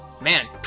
Man